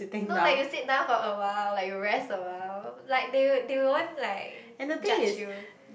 no like you sit down for a while like you rest a while like they they won't like judge you